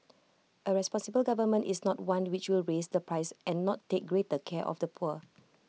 A responsible government is not one which will raise the price and not take greater care of the poor